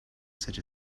such